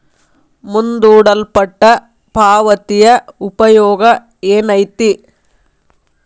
ಮುಂದೂಡಲ್ಪಟ್ಟ ಪಾವತಿಯ ಉಪಯೋಗ ಏನೈತಿ